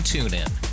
TuneIn